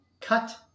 cut